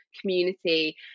community